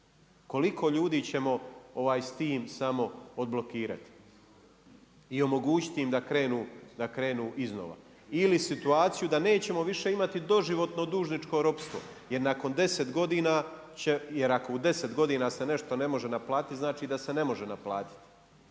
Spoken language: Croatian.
Koliko ljudi ćemo s tim samo odblokirati. I omogućiti im da krenu iznova. Ili situaciju da nećemo više imati doživotno dužničko ropstvo, jer ako u 10 godina se nešto ne može naplatiti, znači da se ne može naplatiti.